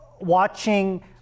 watching